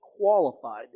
qualified